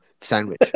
sandwich